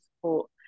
support